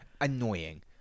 annoying